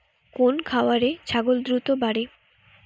কোন খাওয়ারে ছাগল দ্রুত বাড়ে?